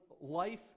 life